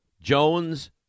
Jones